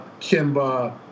Kimba